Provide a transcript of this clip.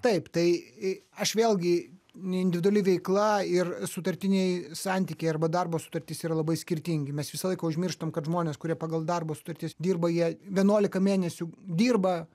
taip tai aš vėlgi individuali veikla ir sutartiniai santykiai arba darbo sutartis yra labai skirtingi mes visą laiką užmirštam kad žmonės kurie pagal darbo sutartis dirba jie vienuolika mėnesių dirba